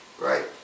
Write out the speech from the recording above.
right